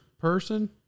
person